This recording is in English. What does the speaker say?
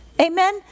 Amen